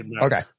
Okay